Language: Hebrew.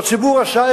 והציבור עשה,